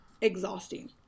exhausting